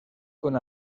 con